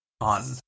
on